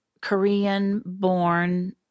Korean-born